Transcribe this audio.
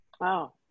Wow